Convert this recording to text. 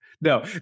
No